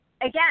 again